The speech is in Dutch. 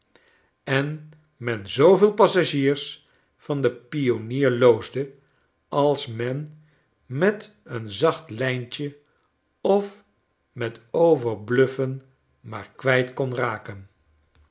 en men zooveel passagiers van de pionier loosde als men met een zacht lyntje of met overbluffen maar kwijt kon raken